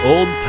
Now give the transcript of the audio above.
Old